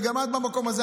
וגם את במקום הזה,